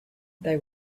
they